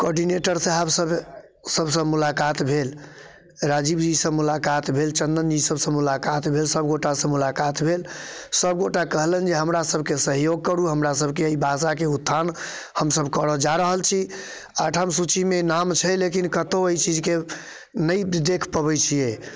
coordinator साहब सब सबसँ मुलाकात भेल राजीव जीसँ मुलाकात भेल चन्दन जी सबसँ मुलाकात भेल सब गोटासँ मुलाकात भेल सब गोटा कहलिन जे हमरा सबके सहयोग करू हमरा सबके ई भाषाके उत्थान हमसब करऽ जा रहल छी आठम सूचीमे नाम छै लेकिन कतौ अइ चीजके नहि देख पबै छियै